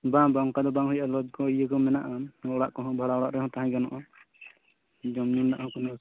ᱵᱟᱝ ᱵᱟᱝ ᱚᱱᱠᱟ ᱫᱚ ᱵᱟᱝ ᱦᱩᱭᱩᱜᱼᱟ ᱞᱚᱜ ᱠᱚ ᱤᱭᱟᱹ ᱠᱚ ᱢᱮᱱᱟᱜᱼᱟ ᱚᱲᱟᱜ ᱠᱚᱦᱚᱸ ᱵᱷᱟᱲᱟ ᱚᱲᱟᱜ ᱨᱮᱦᱚᱸ ᱛᱟᱦᱮᱸ ᱜᱟᱱᱚᱜᱼᱟ ᱡᱚᱢ ᱧᱩ ᱨᱮᱱᱟᱜ ᱦᱚᱸ ᱠᱳᱱᱳ